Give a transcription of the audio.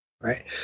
Right